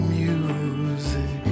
music